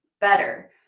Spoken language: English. better